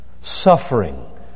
suffering